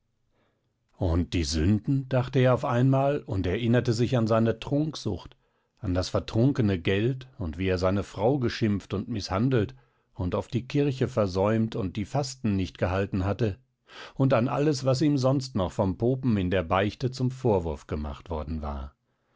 und die sünden dachte er auf einmal und erinnerte sich an seine trunksucht an das vertrunkene geld und wie er seine frau geschimpft und mißhandelt und oft die kirche versäumt und die fasten nicht gehalten hatte und an alles was ihm sonst noch vom popen in der beichte zum vorwurf gemacht worden war